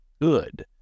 good